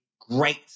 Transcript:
great